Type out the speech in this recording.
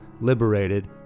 liberated